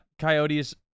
Coyotes